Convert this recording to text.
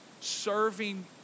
Serving